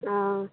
हँ